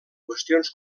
qüestions